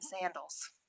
sandals